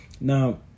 Now